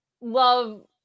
love